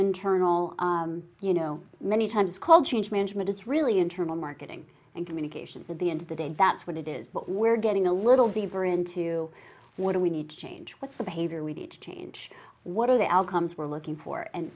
internal you know many times called change management it's really internal marketing and communications at the end of the day that's what it is but we're getting a little deeper into what do we need to change what's the behavior we need to change what are the outcomes we're looking for and